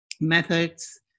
methods